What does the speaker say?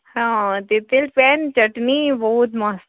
ହଁ ତେତେଲ୍ ପେନ୍ ଚଟ୍ନି ବହୁତ୍ ମସ୍ତ୍